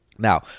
Now